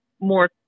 more